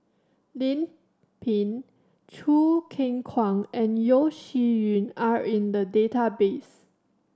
Lim Pin Choo Keng Kwang and Yeo Shih Yun are in the database